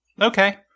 okay